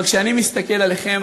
אבל כשאני מסתכל עליכם,